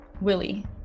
Willie